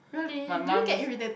my mum is